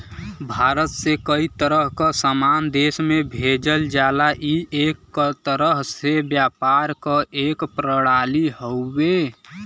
भारत से कई तरह क सामान देश में भेजल जाला ई एक तरह से व्यापार क एक प्रणाली हउवे